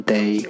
Day